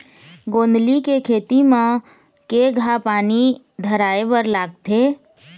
गोंदली के खेती म केघा पानी धराए बर लागथे?